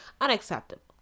unacceptable